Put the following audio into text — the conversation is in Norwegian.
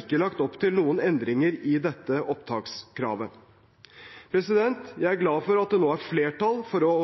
ikke lagt opp til noen endringer i dette opptakskravet. Jeg er glad for at det nå er flertall for å